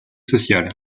sociale